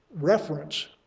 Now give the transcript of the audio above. reference